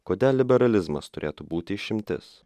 kodėl liberalizmas turėtų būti išimtis